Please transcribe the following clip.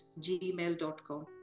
gmail.com